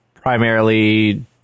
Primarily